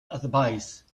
advice